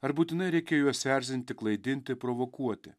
ar būtinai reikia juos erzinti klaidinti provokuoti